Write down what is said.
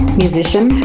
musician